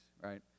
right